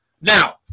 Now